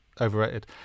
overrated